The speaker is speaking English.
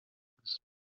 things